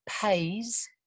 pays